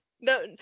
No